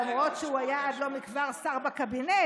למרות שהוא היה עד לא מכבר שר בקבינט,